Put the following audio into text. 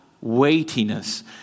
weightiness